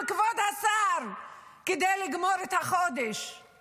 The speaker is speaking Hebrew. מרשם כדי לגמור את החודש, כבוד השר.